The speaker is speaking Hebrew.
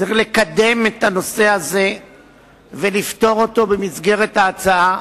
צריך לקדם את הנושא הזה ולפתור אותו במסגרת ההצעה,